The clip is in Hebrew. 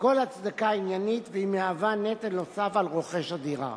כל הצדקה עניינית והם נטל נוסף על רוכש הדירה.